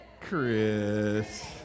Chris